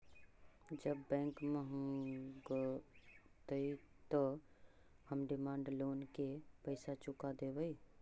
जब बैंक मगतई त हम डिमांड लोन के पैसा चुका देवई